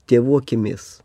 tėvų akimis